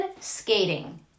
skating